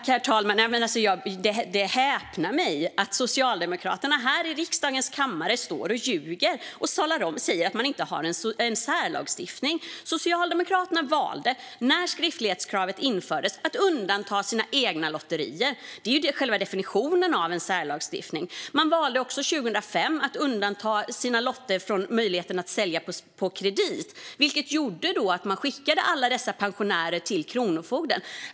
Herr talman! Det förvånar mig att Socialdemokraterna står här i riksdagens kammare och ljuger och säger att man inte har en särlagstiftning. När skriftlighetskravet infördes valde Socialdemokraterna att undanta sina egna lotterier. Det är själva definitionen av en särlagstiftning. Man valde också 2005 att undanta sina lotter när det gäller möjligheten att sälja på kredit, vilket gjorde att man skickade alla dessa pensionärer till kronofogden.